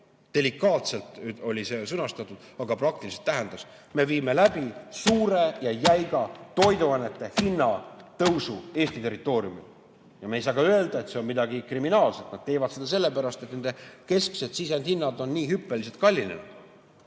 delikaatselt sõnastatud, aga praktiliselt tähendas see, et me viime läbi suure ja jäiga toiduainete hinna tõusu Eesti territooriumil. Me ei saa öelda, et see on midagi kriminaalset. Nad teevad seda sellepärast, et nende kesksed sisendhinnad on nii hüppeliselt kallinenud.